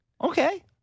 okay